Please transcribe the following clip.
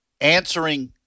answering